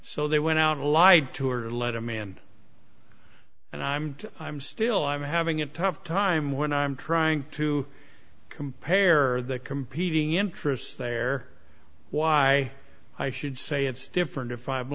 so they went out allied to or let a man and i'm i'm still i'm having a tough time when i'm trying to compare the competing interests there why i should say it's different if i'm